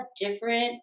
different